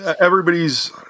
everybody's